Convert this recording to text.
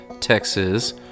Texas